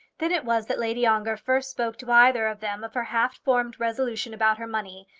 then it was that lady ongar first spoke to either of them of her half-formed resolution about her money,